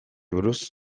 buruz